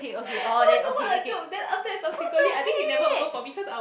oh-my-god what a joke then after subsequently I think he never open for me cause I'll